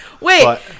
wait